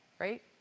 right